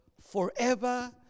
forever